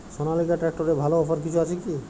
সনালিকা ট্রাক্টরে ভালো অফার কিছু আছে কি?